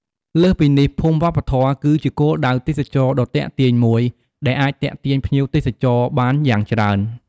លើសពីនេះភូមិវប្បធម៌ គឺជាគោលដៅទេសចរណ៍ដ៏ទាក់ទាញមួយ ដែលអាចទាក់ទាញភ្ញៀវទេសចរបានយ៉ាងច្រើន។